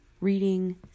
reading